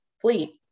fleet